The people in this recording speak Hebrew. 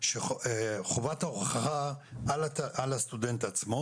חובת ההוכחה היא על הסטודנט עצמו.